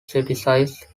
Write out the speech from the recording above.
criticize